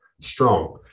strong